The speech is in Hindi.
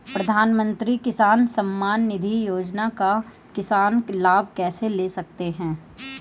प्रधानमंत्री किसान सम्मान निधि योजना का किसान लाभ कैसे ले सकते हैं?